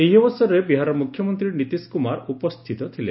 ଏହି ଅବସରରେ ବିହାରର ମୁଖ୍ୟମନ୍ତ୍ରୀ ନୀତିଶ କୁମାର ଉପସ୍ଥିତ ଥିଲେ